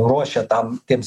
ruošia tam tiems